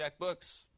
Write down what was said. checkbooks